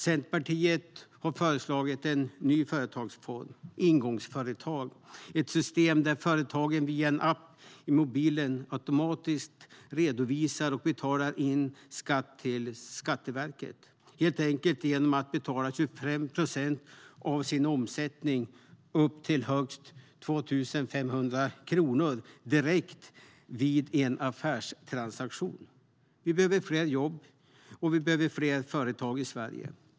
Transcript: Centerpartiet har föreslagit en ny företagsform, ingångsföretag. Det är ett system där företagaren via en app i mobilen automatiskt redovisar och betalar sin skatt till Skatteverket, helt enkelt genom att betala 25 procent av sin omsättning upp till högst 250 000 kronor direkt vid en affärstransaktion. Vi behöver fler jobb och företag i Sverige.